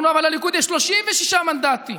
אמרנו: אבל לליכוד יש 36 מנדטים.